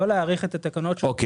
לא להאריך את התקנות שהיו.